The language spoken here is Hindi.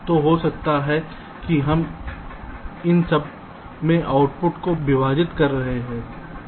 तो हो सकता है कि हम इन सब में आउटपुट को विभाजित कर रहे हों